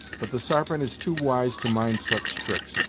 but the sarpent is too wise to mind such tricks,